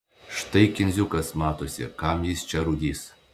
štai kindziukas matosi kam jis čia rūdys